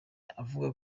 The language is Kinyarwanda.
avuga